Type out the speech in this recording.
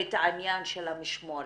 את העניין המשמורת?